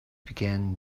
began